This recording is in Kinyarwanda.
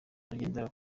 ugendera